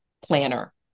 planner